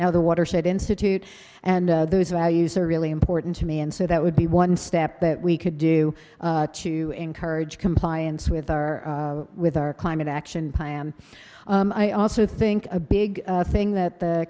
now the watershed institute and those values are really important to me and so that would be one step that we could do to encourage compliance with our with our climate action plan i also think a big thing that the